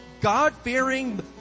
God-fearing